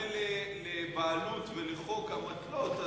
אתה קורא לבעלות ולחוק אמתלות,